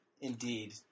indeed